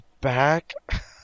back